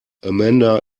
amanda